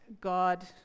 God